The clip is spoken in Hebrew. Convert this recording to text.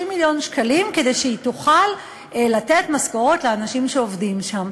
30 מיליון שקלים כדי שהיא תוכל לתת משכורות לאנשים שעובדים שם.